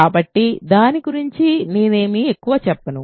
కాబట్టి దాని గురించి నేనేమీ ఎక్కువ చెప్పను